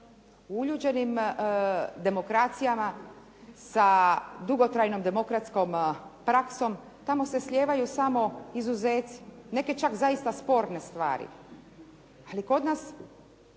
Uljuđenim demokracijama sa dugotrajnom demokratskom praksom tamo se slijevaju samo izuzeci. Neke čak zaista sporne stvari. Ali kod nas